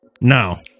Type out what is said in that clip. Now